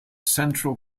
central